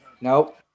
Nope